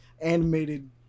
animated